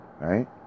right